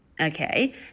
Okay